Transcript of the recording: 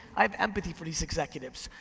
i have empathy for these executives,